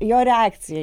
jo reakcija